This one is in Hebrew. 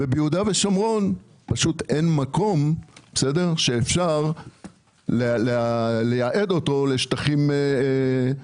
ביהודה ושומרון פשוט אין מקום שאפשר לייעד אותו למסחר